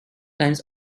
times